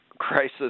crisis